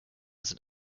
sind